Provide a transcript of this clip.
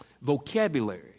vocabulary